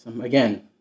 again